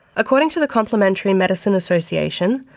according to the complementary medicine association,